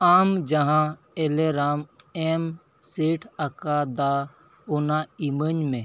ᱟᱢ ᱡᱟᱦᱟᱸ ᱮᱞᱟᱨᱢ ᱮᱢ ᱥᱮᱴ ᱟᱠᱟᱫᱟ ᱚᱱᱟ ᱤᱢᱟᱹᱧ ᱢᱮ